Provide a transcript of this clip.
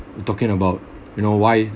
you talking about you know why